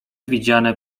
widziane